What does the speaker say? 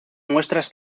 muestras